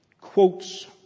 quotes